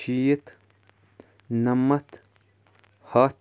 شیٖتھ نَمَتھ ہَتھ